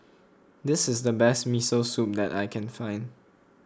this is the best Miso Soup that I can find